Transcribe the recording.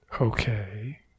Okay